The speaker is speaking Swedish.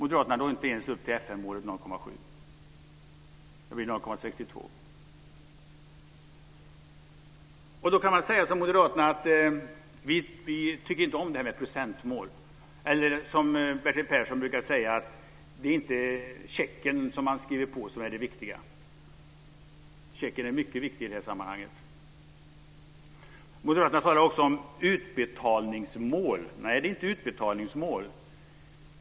Moderaterna når inte ens upp till FN-målet 0,7 %. Det blir 0,62 %. Bertil Persson brukar säga att det inte är checken man skriver på som är det viktiga. Checken är mycket viktig i detta sammanhang. Moderaterna talar också om utbetalningsmål. Nej, det är inte utbetalningsmål.